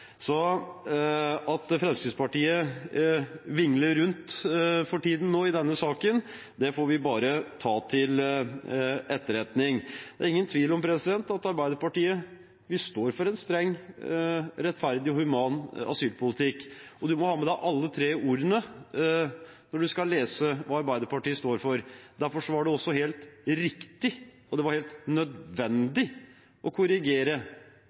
At Fremskrittspartiet for tiden vingler rundt i denne saken, får vi bare ta til etterretning. Det er ingen tvil om at Arbeiderpartiet står for en streng, rettferdig og human asylpolitikk – og man må ha med seg alle tre ordene når man skal lese hva Arbeiderpartiet står for. Derfor var det også helt riktig og helt nødvendig å korrigere